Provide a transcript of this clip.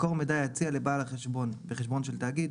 מקור מידע יציע לבעל החשבון בחשבון של תאגיד,